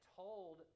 told